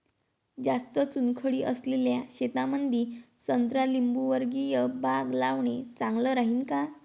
जास्त चुनखडी असलेल्या शेतामंदी संत्रा लिंबूवर्गीय बाग लावणे चांगलं राहिन का?